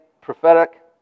prophetic